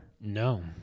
No